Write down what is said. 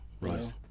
Right